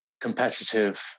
competitive